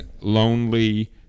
lonely